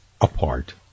apart